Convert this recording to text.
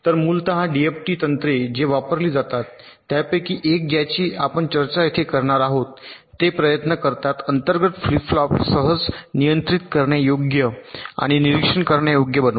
तर मूलत डीएफटी तंत्र जे वापरली जातात त्यापैकी एक ज्याची आपण येथे चर्चा करणार आहोत ते प्रयत्न करतात अंतर्गत फ्लिप फ्लॉप सहज नियंत्रित करण्यायोग्य आणि निरीक्षण करण्यायोग्य बनवा